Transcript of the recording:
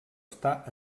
està